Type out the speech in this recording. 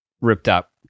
ripped-up